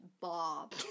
Bob